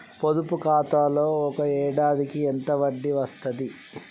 పొదుపు ఖాతాలో ఒక ఏడాదికి ఎంత వడ్డీ వస్తది?